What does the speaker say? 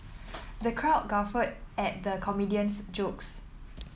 the crowd guffawed at the comedian's jokes